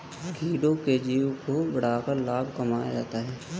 कीड़ों के जीवन को बढ़ाकर लाभ कमाया जाता है